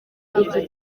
iki